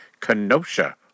Kenosha